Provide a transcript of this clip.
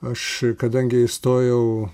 aš kadangi įstojau